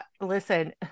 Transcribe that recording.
Listen